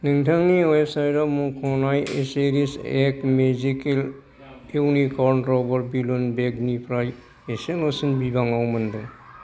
नोंथांनि वेबसाइटयाव मुख'नाय एचेरिश एक्ट मेजिकेल इउनिकर्न न्द्र रबर बेलुन बेगनिफ्राय इसेल'सिन बिबाङाव मोनदों